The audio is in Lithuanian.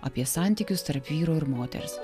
apie santykius tarp vyro ir moters